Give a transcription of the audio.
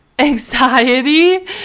anxiety